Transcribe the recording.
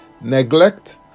neglect